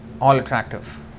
all-attractive